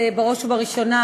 בראש ובראשונה,